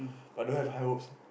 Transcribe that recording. but don't have high hopes